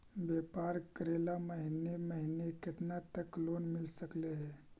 व्यापार करेल महिने महिने केतना तक लोन मिल सकले हे?